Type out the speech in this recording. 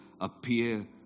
Appear